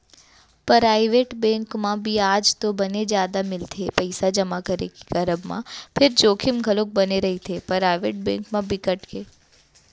private bank म बियाज तो बने जादा मिलथे पइसा जमा के करब म फेर जोखिम घलोक बने रहिथे, पराइवेट बेंक म बिकट के